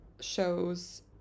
shows